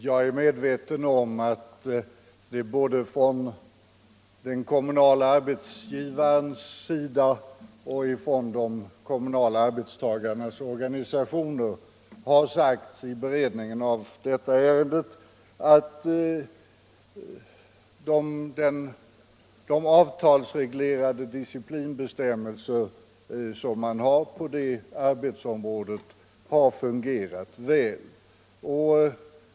Jag är medveten om att det både från den kommunala arbetsgivarens sida och från de kommunala arbetstagarnas organisationer har sagts vid beredningen av detta ärende att de avtalsreglerade disciplinbestämmelser som man har på det kommunala arbetsområdet fungerat väl.